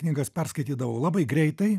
knygas perskaitydavau labai greitai